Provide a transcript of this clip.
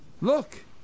look